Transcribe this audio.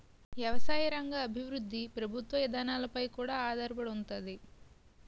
ఎవసాయ రంగ అభివృద్ధి ప్రభుత్వ ఇదానాలపై కూడా ఆధారపడి ఉంతాది